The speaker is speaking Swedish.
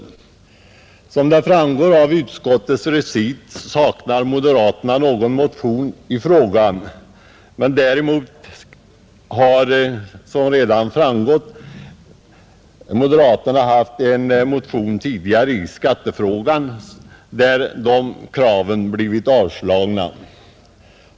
Såsom framgår av utskottets recit har inte moderaterna någon motion i frågan, men däremot har som redan sagts moderaterna haft en motion i skattefrågan, där deras krav blivit avslagna.